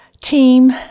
team